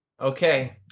Okay